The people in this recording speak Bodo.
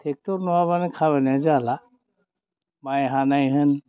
ट्रेक्ट'र नङाबानो खामायनाया जाला माइ हानाय होन